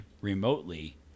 remotely